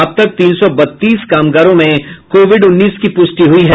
अब तक तीन सौ बत्तीस कामगारों में कोविड उन्नीस की प्रष्टि हुई है